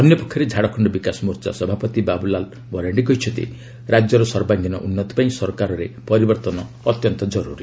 ଅନ୍ୟ ପକ୍ଷରେ ଝାଡ଼ଖଣ୍ଡ ବିକାଶ ମୋର୍ଚ୍ଚା ସଭାପତି ବାବୁଲା ମରାଣ୍ଡି କହିଛନ୍ତି ରାଜ୍ୟର ସର୍ବାଙ୍ଗୀନ ଉନ୍ନତି ପାଇଁ ସରକାରରେ ପରିବର୍ତ୍ତନ ଅତ୍ୟନ୍ତ ଜରୁରୀ